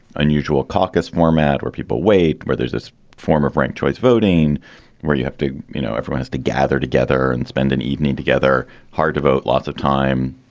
unusual caucus format where people wait, where there's this form of ranked choice voting where you have to, you know, everyone has to gather together and spend an evening together, hard to vote, lots of time.